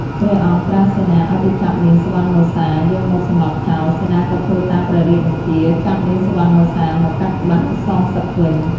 ព្រះអង្គប្រើសេនាឲ្យទៅចាប់នាង សុវណ្ណមសា យកមកសម្លាប់ចោល សេនាក៏ធ្វើតាមព្រះរាជបញ្ជា ចាប់នាងសុវណ្ណមសា មកកាត់ក្បាលសងសឹកវិញ។